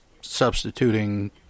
substituting